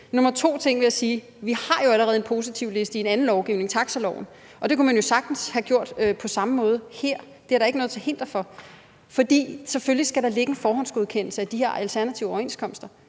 jeg vil sige, er jo, at vi allerede har en positivliste i en anden lovgivning, nemlig i taxaloven, og det kunne man jo sagtens have gjort på samme måde her. Det er der ikke noget til hinder for. For der skal selvfølgelig ligge en forhåndsgodkendelse af de her alternative overenskomster,